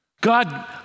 God